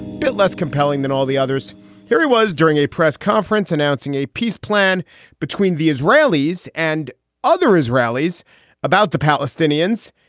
bit less compelling than all the others here he was during a press conference announcing a peace plan between the israelis and other israelis about the palestinians.